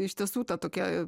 iš tiesų ta tokia